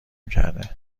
میکرده